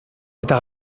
eta